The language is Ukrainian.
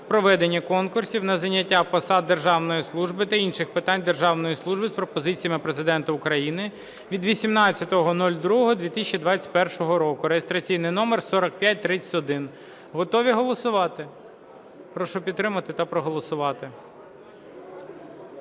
проведення конкурсів на зайняття посад державної служби та інших питань державної служби" з пропозиціями Президента України від 18.02.2021 року (реєстраційний номер 4531). Готові голосувати? Прошу підтримати та проголосувати.